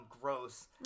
gross